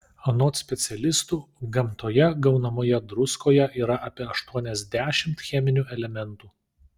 anot specialistų gamtoje gaunamoje druskoje yra apie aštuoniasdešimt cheminių elementų